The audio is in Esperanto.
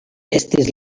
estis